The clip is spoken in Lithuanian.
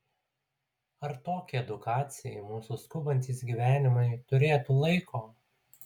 ar tokiai edukacijai mūsų skubantys gyvenimai turėtų laiko